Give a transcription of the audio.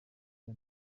cya